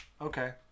okay